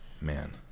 Man